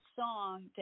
song